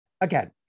again